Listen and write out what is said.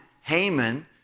Haman